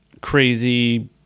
crazy